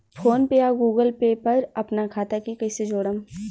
PhonePe या Google Pay पर अपना खाता के कईसे जोड़म?